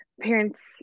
parents